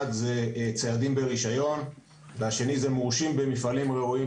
אחד זה ציידים ברישיון והשני זה מורשים במפעלים ראויים,